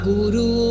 Guru